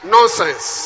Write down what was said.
Nonsense